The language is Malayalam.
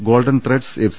golden threads F